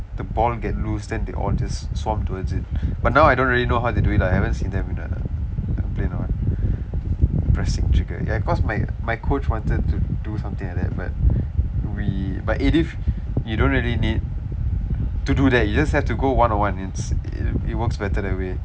the ball get loose then they all just swamp towards it but now I don't really know how they do it lah I haven't seen them in a plain on pressing trigger ya cause my my coach wanted to do something like that but we but A div you don't really need to do that you just have to go one to one it's it it works better that way